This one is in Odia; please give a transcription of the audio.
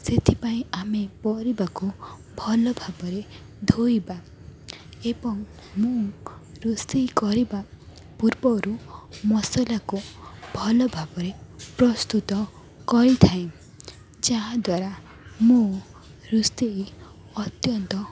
ସେଇଥିପାଇଁ ଆମେ ପରିବାକୁ ଭଲଭାବରେ ଧୋଇବା ଏବଂ ମୁଁ ରୋଷେଇ କରିବା ପୂର୍ବରୁ ମସଲାକୁ ଭଲଭାବରେ ପ୍ରସ୍ତୁତ କରିଥାଏ ଯାହାଦ୍ୱାରା ମୁଁ ରୋଷେଇ ଅତ୍ୟନ୍ତ